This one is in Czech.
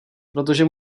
protože